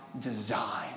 design